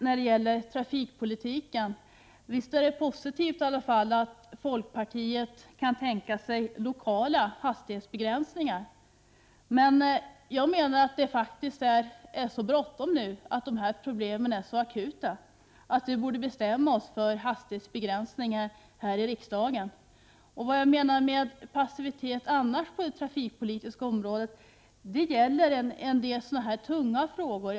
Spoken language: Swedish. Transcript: När det gäller trafikpolitiken är det i alla fall positivt att folkpartiet kan tänka sig lokala hastighetsbegränsningar. Jag menar emellertid att det är så bråttom nu och att problemet är så akut att vi faktiskt här i riksdagen borde bestämma oss för hastighetsbegränsningar. Med passivitet i övrigt på det trafikpolitiska området menar jag sådant som rör en del tunga frågor.